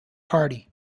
party